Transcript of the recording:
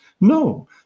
No